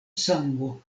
sango